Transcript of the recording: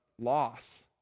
loss